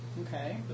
Okay